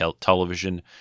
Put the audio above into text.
television